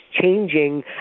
changing